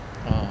orh